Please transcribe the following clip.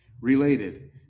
Related